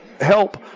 help